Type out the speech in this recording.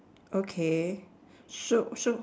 okay so so